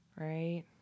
right